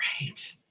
Right